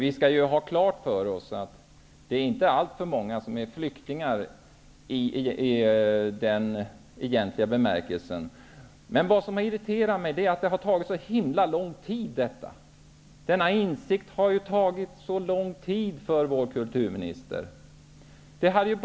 Vi skall ha klart för oss att det inte är alltför många som är flyktingar i den egentliga bemärkelsen. Det som har irriterat mig är att det har tagit så himla lång tid att komma fram till detta. Det har tagit så lång tid för vår kulturminister att nå denna insikt.